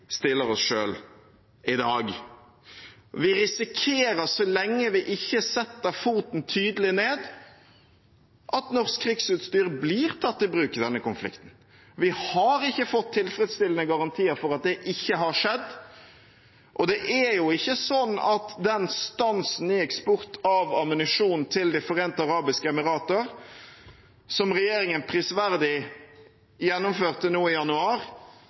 stiller oss selv i dag. Vi risikerer, så lenge vi ikke setter foten tydelig ned, at norsk krigsutstyr blir tatt i bruk i denne konflikten. Vi har ikke fått tilfredsstillende garantier for at det ikke har skjedd. Og det er jo ikke sånn at den stansen i eksport av ammunisjon til De forente arabiske emirater som regjeringen prisverdig gjennomførte nå i januar,